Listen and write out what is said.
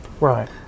Right